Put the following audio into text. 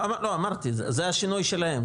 אמרתי, זה השינוי שלהם.